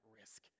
risk